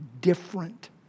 different